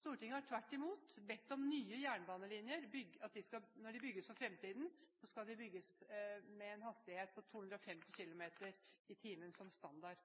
Stortinget har tvert imot bedt om at når nye jernbanelinjer bygges for fremtiden, skal de bygges med en hastighet på 250 km/t som standard.